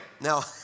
Now